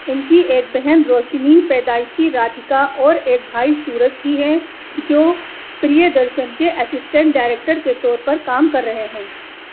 ان کی ایک بہن روشنی پیدائشی رادھیکا اور ایک بھائی سورج بھی ہے جو پریہ درشن کے اسسٹنٹ ڈائریکٹر کے طور پر کام کر رہے ہیں